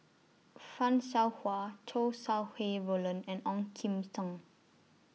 fan Shao Hua Chow Sau Hai Roland and Ong Kim Seng